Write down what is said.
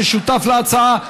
ששותף להצעה,